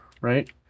right